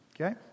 okay